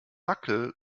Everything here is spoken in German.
dackel